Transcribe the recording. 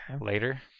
later